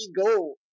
go